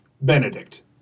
Benedict